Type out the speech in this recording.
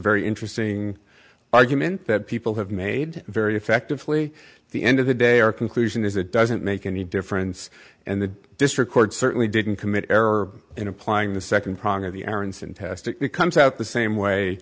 very interesting argument that people have made very effectively the end of the day or conclusion is it doesn't make any difference and the district court certainly didn't commit error in applying the second prong of the aaronson test comes out the same way